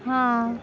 हां